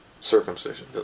Circumcision